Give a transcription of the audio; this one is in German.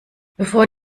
bevor